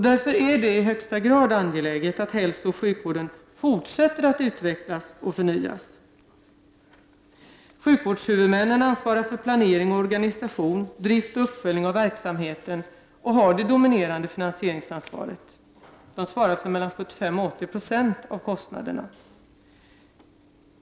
Därför är det i högsta grad angeläget att hälsooch sjukvården fortsätter att utvecklas och förnyas. Sjukvårdshuvudmännen ansvarar för planering och organisation, drift och uppföljning av verksamheten. De har också det dominerande finansieringsansvaret och svarar för mellan 75 och 80 90 av kostnaderna.